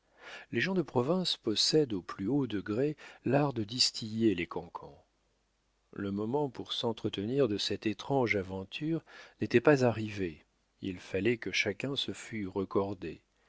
les gens de province possèdent au plus haut degré l'art de distiller les cancans le moment pour s'entretenir de cette étrange aventure n'était pas arrivé il fallait que chacun se fût recordé